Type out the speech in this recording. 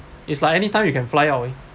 it's like anytime you can fly away